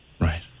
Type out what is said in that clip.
Right